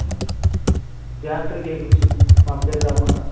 జాగ్రత్తగా చేయించు మా పేరు రాకుండా